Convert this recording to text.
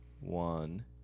one